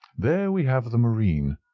there we have the marine.